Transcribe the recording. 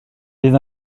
bydd